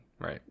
right